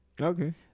okay